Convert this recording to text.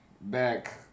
back